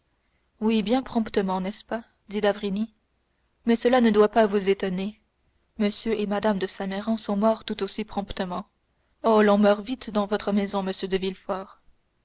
oui bien promptement n'est-ce pas dit d'avrigny mais cela ne doit pas vous étonner m et mme de saint méran sont morts tout aussi promptement oh l'on meurt vite dans votre maison monsieur de